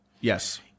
Yes